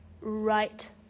right